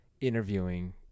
interviewing